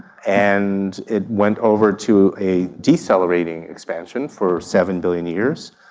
and it went over to a decelerating expansion for seven billion years.